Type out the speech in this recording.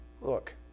Look